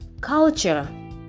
culture